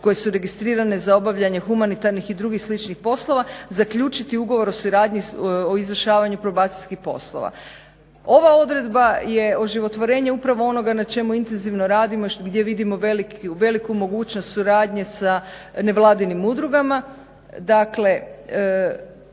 koje su registrirane za obavljanje humanitarnih i drugih sličnih poslova zaključiti ugovor o suradnji o izvršavanju probacijskih poslova. Ova odredba je oživotvorenje upravo onoga na čemu intenzivno radimo i gdje vidimo veliku mogućnost suradnje sa nevladinim udrugama.